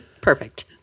perfect